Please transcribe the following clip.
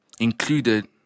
included